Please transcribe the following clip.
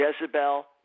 Jezebel